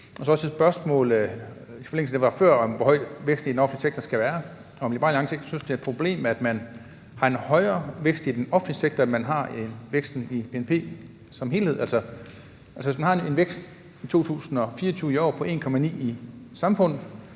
jeg også et spørgsmål i forlængelse af det, der blev sagt før, om, hvor høj vækst i den offentlige sektor der skal være. Synes Liberal Alliance ikke, at det er et problem, at man har en højere vækst i den offentlige sektor, end man har i forhold til væksten i bnp som helhed? Altså, hvis man har en vækst i 2024 på 1,9 pct. i samfundet,